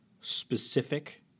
specific